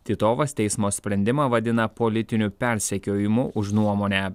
titovas teismo sprendimą vadina politiniu persekiojimu už nuomonę